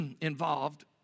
involved